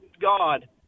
God